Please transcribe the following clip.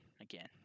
again